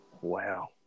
Wow